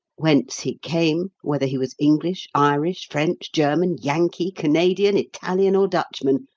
whence he came, whether he was english, irish, french, german, yankee, canadian, italian or dutchman,